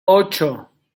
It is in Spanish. ocho